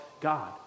God